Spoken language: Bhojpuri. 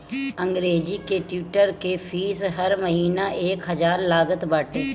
अंग्रेजी के ट्विटर के फ़ीस हर महिना एक हजार लागत बाटे